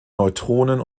neutronen